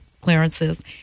clearances